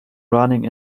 running